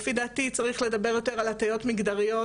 לפי דעתי צריך לדבר יותר על הטיות מגדריות,